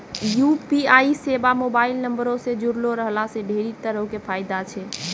UPI सेबा mobile नंबरो से जुड़लो रहला से ढेरी तरहो के फायदा छै